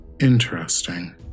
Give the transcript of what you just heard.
Interesting